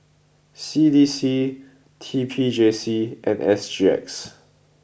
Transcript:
C D C T P J C and S G X